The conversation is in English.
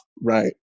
right